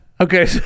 okay